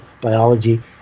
biology